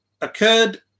occurred